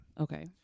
Okay